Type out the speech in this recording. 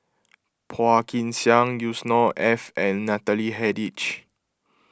Phua Kin Siang Yusnor Ef and Natalie Hennedige